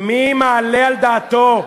מי מעלה על דעתו,